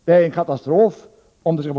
Det vore en katastrof.